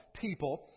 people